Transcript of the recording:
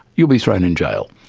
you'll be thrown in jail.